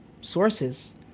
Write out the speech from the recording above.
sources